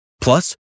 Plus